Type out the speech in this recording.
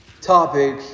topic